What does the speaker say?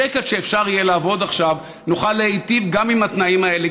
בשקט שאפשר יהיה לעבוד עכשיו נוכל להיטיב גם את התנאים האלה,